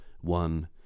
one